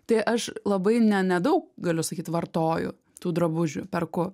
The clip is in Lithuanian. tai aš labai ne nedaug galiu sakyt vartoju tų drabužių perku